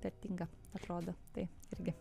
vertinga atrodo tai irgi